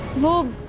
the